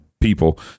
people